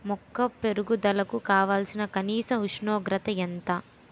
మొక్క పెరుగుదలకు కావాల్సిన కనీస ఉష్ణోగ్రత ఎంత?